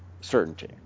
certainty